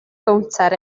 gownter